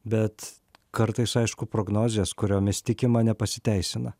bet kartais aišku prognozės kuriomis tikima nepasiteisina